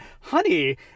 honey